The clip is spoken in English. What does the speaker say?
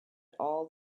all